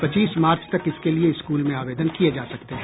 पच्चीस मार्च तक इसके लिए स्कूल में आवेदन किये जा सकते हैं